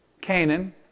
Canaan